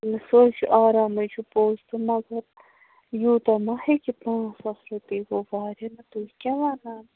سُہ حَظ چھُ آرامے چھُ پوٚز تہٕ مگر یوٗتاہ ما ہیٚکہِ پانژھ ساس رۄپیہِ گوٚو واریاہ زیادٕ تُہۍ کیٚاہ ونان